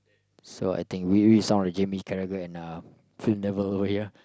so I think we really sound like Jamie-Carragher and uh